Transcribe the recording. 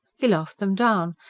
he laughed them down,